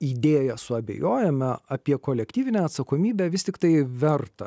idėja suabejojame apie kolektyvinę atsakomybę vis tiktai verta